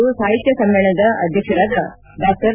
ಇಂದು ಸಾಹಿತ್ಯ ಸಮ್ಮೇಳನದ ಅಧ್ಯಕ್ಷರಾದ ಡಾ